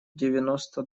девяносто